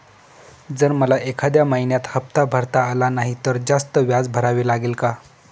जर मला एखाद्या महिन्यात हफ्ता भरता आला नाही तर जास्त व्याज भरावे लागेल का?